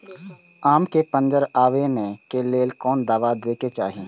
आम के मंजर आबे के लेल कोन दवा दे के चाही?